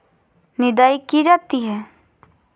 निदाई की जाती है?